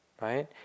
right